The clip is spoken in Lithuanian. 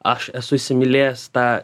aš esu įsimylėjęs tą